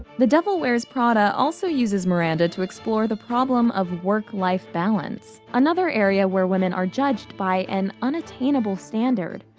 the devil wears prada also uses miranda to explore the problem of work life balance, another area where women are judged by an unattainable standard.